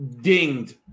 dinged